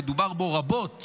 שדובר בו רבות